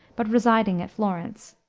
but residing at florence.